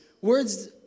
Words